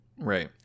Right